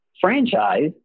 franchise